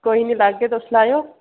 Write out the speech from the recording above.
कोई नी लाग्गे तुस लाएयो